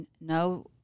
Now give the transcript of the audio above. no